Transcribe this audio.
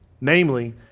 Namely